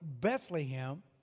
Bethlehem